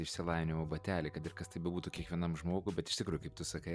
išsilavinimo bateliai kad ir kas tai bebūtų kiekvienam žmogui bet iš tikro kaip tu sakai